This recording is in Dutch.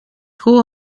school